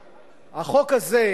ואחריו,